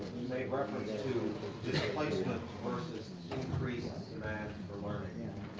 to displacement versus increased demand for learning. and